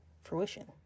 fruition